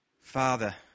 Father